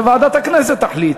וועדת הכנסת תחליט.